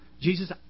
Jesus